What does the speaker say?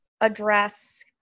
address